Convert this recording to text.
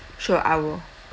sure I will